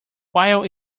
while